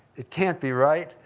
it can't be right.